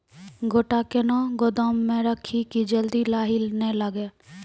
गोटा कैनो गोदाम मे रखी की जल्दी लाही नए लगा?